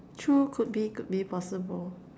true could be could be possible